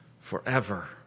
forever